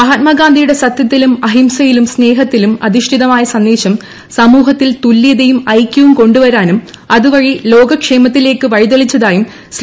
മഹാത്മാഗാ്ഡ്ഡിയുടെ സത്യത്തിലും അഹിംസയിലും സ്നേഹത്തിലും അധിഷ്ഠിതമായ സന്ദേശം സമൂഹത്തിൽ തുല്യതയും ഐക്ട്രിവും കൊണ്ടുവരാനും അതുവഴി ലോകക്ഷേമത്തിലേക്കും വഴിക്കിളിച്ച്തായും ശ്രീ